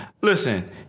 Listen